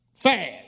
Fast